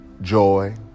joy